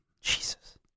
Jesus